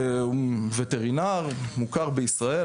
הוא וטרינר מוכר בישראל,